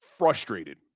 frustrated